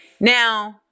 Now